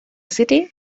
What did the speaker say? city